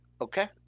okay